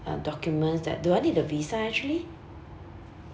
uh documents that do I need a visa actually